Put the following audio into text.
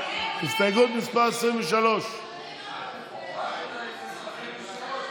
הסתייגות מס' 23. ההסתייגות (23) של קבוצת